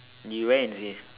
you wear and see